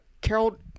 carol